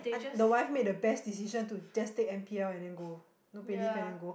the wife made the best decision to just take N_P_L and then go no pay leave and then go